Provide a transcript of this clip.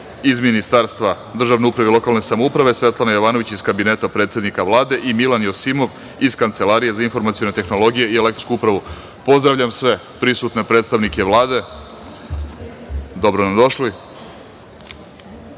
iz Ministarstva državne uprave i lokalne samouprave, Svetlana Jovanović iz Kabineta predsednika Vlade i Milan Josimov iz Kancelarije za informacione tehnologije i elektronsku upravu. Pozdravljam sve prisutne predstavnike Vlade. Dobro nam došli. Molim